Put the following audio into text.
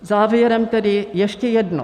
Závěrem tedy ještě jednou.